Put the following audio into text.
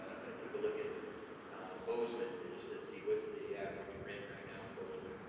i took a look at bozeman just to see what's the average rent right now in bozeman,